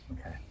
Okay